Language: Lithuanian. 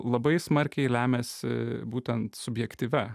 labai smarkiai remiasi būtent subjektyvia